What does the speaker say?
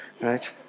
right